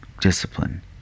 discipline